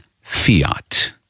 fiat